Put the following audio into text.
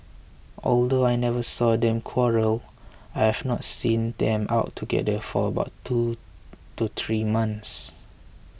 although I never saw them quarrel I haven't seen them out together for about two to three months